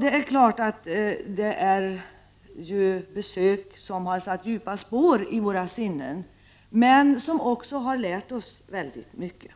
Det är klart att det är ett besök som har satt djupa spår i våra sinnen, men som också har lärt oss väldigt mycket.